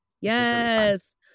Yes